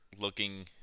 looking